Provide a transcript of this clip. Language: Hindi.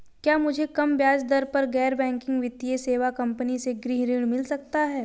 क्या मुझे कम ब्याज दर पर गैर बैंकिंग वित्तीय सेवा कंपनी से गृह ऋण मिल सकता है?